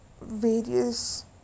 various